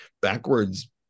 backwards